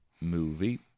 movie